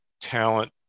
talent